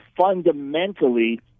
fundamentally